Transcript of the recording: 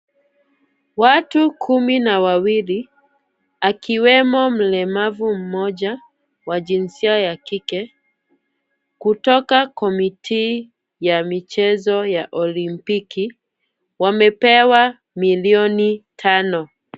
Watu kumi na wawili akiwemo mlemavu mmoja wa jinsia ya kike kutoka committee ya michezo ya olimpiki , wamepewa milioni tano.